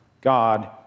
God